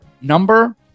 number